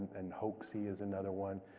and hoaxy is another one.